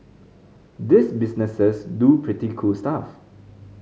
these businesses do pretty cool stuff